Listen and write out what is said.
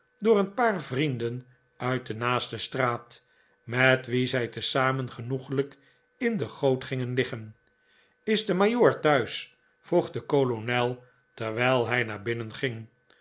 door een paar vrienden uit de naaste straat met wie zij tezamen genoeglijk in de goot gingen liggen is de majoor thuis vroeg de kolonel terwijl hij naar binnen ging